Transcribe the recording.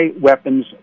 weapons